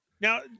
Now